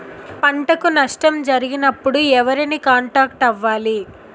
పంటకు నష్టం జరిగినప్పుడు ఎవరిని కాంటాక్ట్ అవ్వాలి?